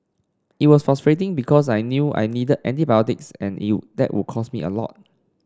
it was frustrating because I knew I needed antibiotics and you that would cost me a lot